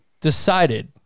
decided